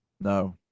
No